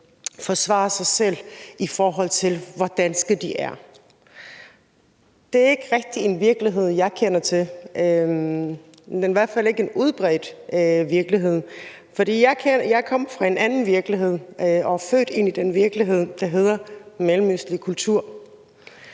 forsvare sig selv, i forhold til hvor danske de er. Det er ikke rigtig en virkelighed, jeg kender til. Den er i hvert fald ikke en udbredt virkelighed, for jeg kommer fra en anden virkelighed og er født ind i den virkelighed, der hedder mellemøstlig kultur.